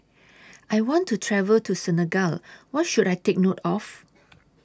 I want to travel to Senegal What should I Take note of